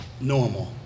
normal